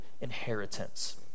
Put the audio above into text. inheritance